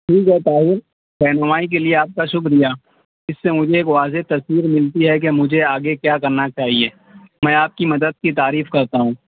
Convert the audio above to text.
ٹھیک ہے طاہر رہنمائی کے لیے آپ کا شکریہ اس سے مجھے ایک واضح تصویر ملتی ہے کہ مجھے آگے کیا کرنا چاہیے میں آپ کی مدد کی تعریف کرتا ہوں